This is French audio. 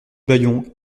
bayon